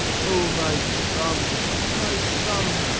o my son! my son!